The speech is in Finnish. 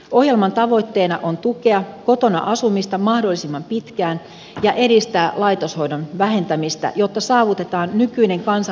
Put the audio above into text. ohjelman tavoitteena on tukea kotona asumista mahdollisimman pitkään ja edistää laitoshoidon vähentämistä jotta saavutetaan nykyinen kansallinen tavoite